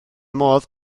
modd